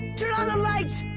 turn on the lights!